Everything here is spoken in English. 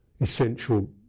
essential